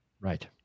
Right